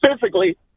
physically